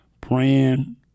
praying